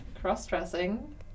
cross-dressing